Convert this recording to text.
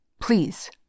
Please